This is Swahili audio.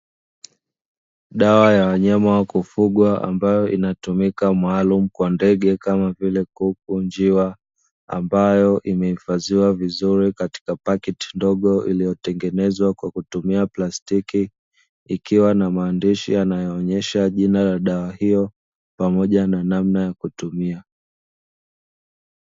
Dawa ya wanyama wa kufugwa ambayo inatumika maalumu kwa ndege kama vile kuku, njiwa, ambayo imeifadhiwa vizuri kwenye paketi ndogo, iliyotengenezwa kwa kutumia plastiki ikiwa na maandishi yanayoonyesha jina la dawa hiyo pamoja na namna ya kutumia.